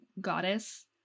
goddess